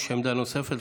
יש עמדה נוספת.